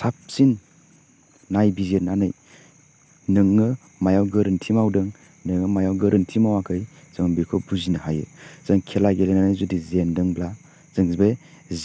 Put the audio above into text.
साबसिन नायबिजिदनानै नोङो मायाव गोरोन्थि मावदों नोङो मायाव गोरोन्थि मावाखै जों बेखौ बुजिनो हायो जों खेला गेलेनानै जुदि जेनदोंब्ला जों बे